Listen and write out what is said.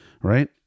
Right